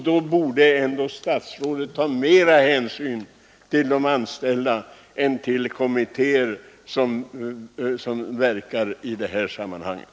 Då borde statsrådet ta större hänsyn till de anställda än till kommittéer som verkar i sammanhanget.